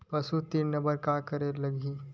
पशु ऋण बर का करे ला लगही?